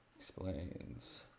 Explains